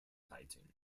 fighting